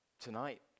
tonight